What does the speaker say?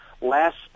last